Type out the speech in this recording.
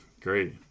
great